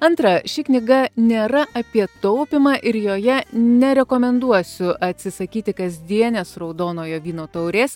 antra ši knyga nėra apie taupymą ir joje nerekomenduosiu atsisakyti kasdienės raudonojo vyno taurės